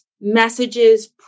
messages